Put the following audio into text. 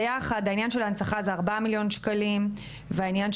מסלול ההנצחה הוא כ-4 מיליון שקלים ומסלול